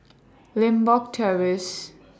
Limbok Terrace